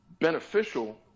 beneficial